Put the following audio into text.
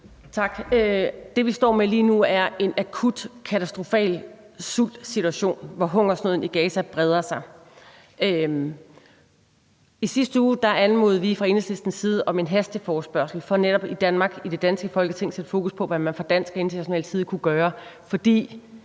Tak. Det, vi står med lige nu, er en akut katastrofal situation, hvor hungersnøden i Gaza breder sig. I sidste uge anmodede vi fra Enhedslistens side om en hasteforespørgsel for netop i Danmark og i det danske Folketing at sætte fokus på, hvad man fra dansk og international side kunne gøre,